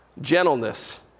Gentleness